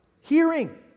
Hearing